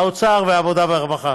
האוצר והעבודה והרווחה,